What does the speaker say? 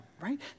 right